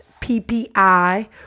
PPI